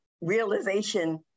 realization